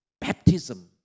baptism